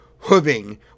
hooving